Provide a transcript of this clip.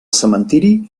cementiri